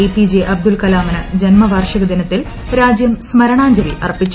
പ്പി ജ്ട് അബ്ദുൾ കലാമിന് ജന്മവാർഷിക ദിനത്തിൽ ്രാജ്യം സ്മർണാഞ്ജലി അർപ്പിച്ചു